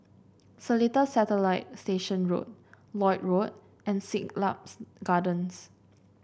Seletar Satellite Station Road Lloyd Road and Siglaps Gardens